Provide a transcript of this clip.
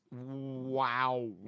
Wow